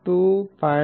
2 0